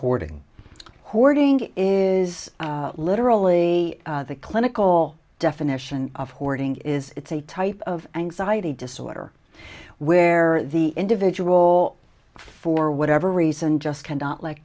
hoarding hoarding is literally the clinical definition of hoarding is it's a type of anxiety disorder where the individual for whatever reason just cannot l